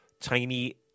tiny